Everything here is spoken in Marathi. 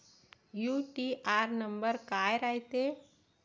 यू.टी.आर नंबर काय रायते?